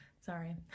sorry